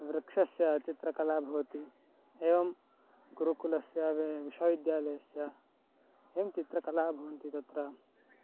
वृक्षस्य चित्रकला भवति एवं गुरुकुलस्य विश्वविद्यालयस्य एवं चित्रकला भवन्ति तत्र